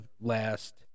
last